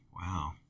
wow